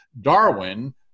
Darwin